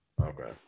okay